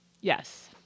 Yes